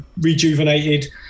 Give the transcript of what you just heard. rejuvenated